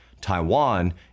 Taiwan